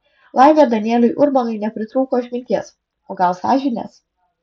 laimė danieliui urbonui nepritrūko išminties o gal ir sąžinės